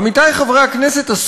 עמיתי חברי הכנסת,